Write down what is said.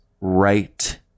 right